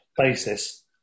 basis